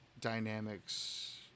dynamics